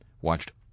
watched